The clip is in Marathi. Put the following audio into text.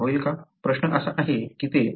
प्रश्न असा आहे की ते शक्य आहे का